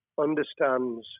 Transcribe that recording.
understands